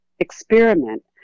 Experiment